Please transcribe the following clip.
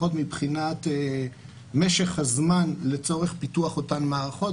לפחות מבחינת משך הזמן לצורך פיתוח אותן מערכות.